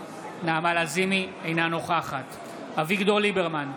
אינה נוכחת אביגדור ליברמן,